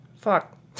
fuck